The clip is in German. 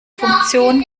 funktion